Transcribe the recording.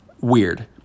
weird